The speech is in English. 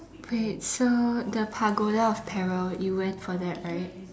great so the Pagoda of Peril though you went for that right